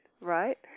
right